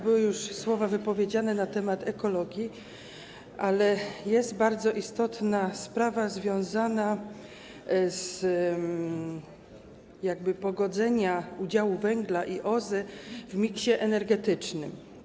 Były już słowa wypowiedziane na temat ekologii, ale jest bardzo istotna sprawa związana z pogodzeniem udziału węgla i OZE w miksie energetycznym.